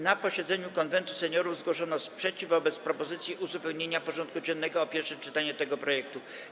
Na posiedzeniu Konwentu Seniorów zgłoszono sprzeciw wobec propozycji uzupełnienia porządku dziennego o pierwsze czytanie tego projektu.